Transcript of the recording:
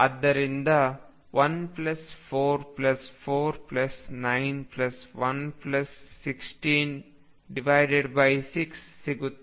ಅದರಿಂದ 14491166 ಸಿಗುತ್ತದೆ